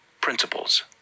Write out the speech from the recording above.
Principles